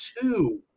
two